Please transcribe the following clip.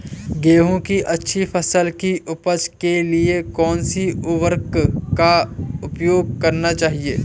गेहूँ की अच्छी फसल की उपज के लिए कौनसी उर्वरक का प्रयोग करना चाहिए?